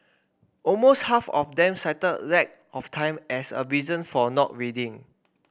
almost half of them cited lack of time as a reason for not reading